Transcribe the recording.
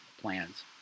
plans